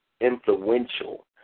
influential